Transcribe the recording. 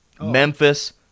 Memphis